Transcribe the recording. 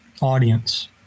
audience